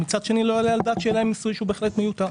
ומצד שאני לא יעלה על הדעת שיהיה להם- -- שהוא בהחלט מיותר.